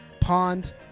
Pond